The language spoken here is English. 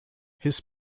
his